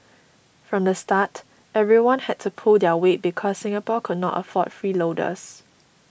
from the start everyone had to pull their weight because Singapore could not afford freeloaders